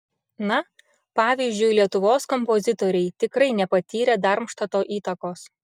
na pavyzdžiui lietuvos kompozitoriai tikrai nepatyrė darmštato įtakos